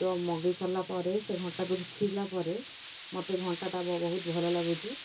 ତ ମଗାଇ ସାରିଲା ପରେ ସେ ଘଣ୍ଟାକୁ ଦେଖିଲା ପରେ ମୋତେ ଘଣ୍ଟାଟା ବହୁତ ଭଲ ଲାଗୁଛି